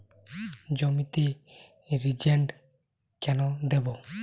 জমিতে রিজেন্ট কেন দেবো?